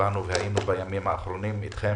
כשבאנו והיינו בימים האחרונים אתכם,